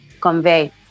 convey